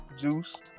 Juice